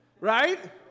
Right